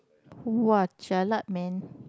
!wow! jialat man